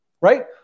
Right